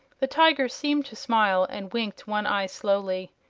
the tiger seemed to smile, and winked one eye slowly.